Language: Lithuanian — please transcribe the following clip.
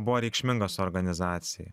buvo reikšmingas organizacijai